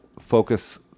focus